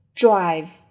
drive